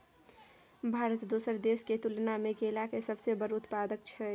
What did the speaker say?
भारत दोसर देश के तुलना में केला के सबसे बड़ उत्पादक हय